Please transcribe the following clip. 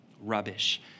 rubbish